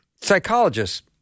Psychologists